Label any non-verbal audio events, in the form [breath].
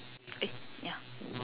eh ya [breath]